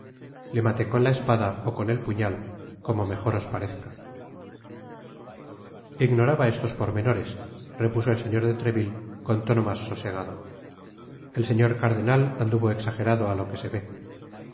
te maté con la espada ó con el puñal como mejor os parezca ignoraba estos pormenores repuso el señor de treville con tono mas sosegado el señor cardenat anduvo exajerado á lo que ve